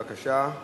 בבקשה.